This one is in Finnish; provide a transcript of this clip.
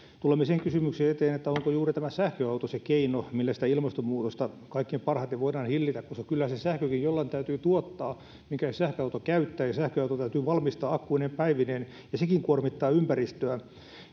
tulemme sen kysymyksen eteen onko juuri sähköauto se keino millä ilmastonmuutosta kaikkein parhaiten voidaan hillitä koska kyllä se sähkökin jollain täytyy tuottaa minkä se sähköauto käyttää ja sähköauto täytyy valmistaa akkuineen päivineen ja sekin kuormittaa ympäristöä